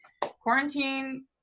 quarantine